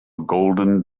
golden